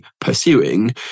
pursuing